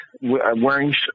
wearing